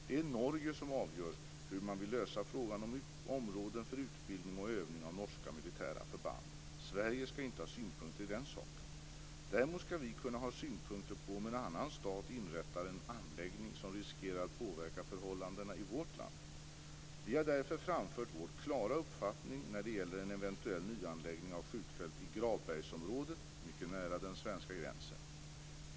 Det är Norge som avgör hur man vill lösa frågan om områden för utbildning och övning av norska militära förband. Sverige skall inte ha synpunkter i den saken. Däremot skall vi kunna ha synpunkter på om en annan stat inrättar en anläggning som riskerar att påverka förhållandena i vårt land. Vi har därför framfört vår klara uppfattning när det gäller en eventuell nyanläggning av ett skjutfält i Gravbergsområdet mycket nära den svenska gränsen.